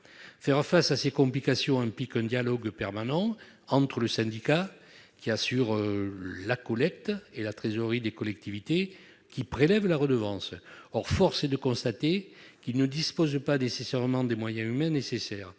Faire face à ces complications implique un dialogue permanent entre le syndicat qui assure la collecte et la trésorerie des collectivités qui prélèvent la redevance. Or force est de constater que ceux-ci ne disposent pas nécessairement des moyens humains nécessaires.